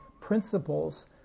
principles